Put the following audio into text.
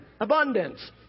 Abundance